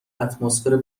اتمسفر